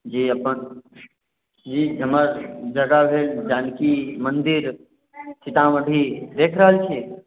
जी अपन जगह भेल जानकी मंदिर सीतामढ़ी देख रहल छी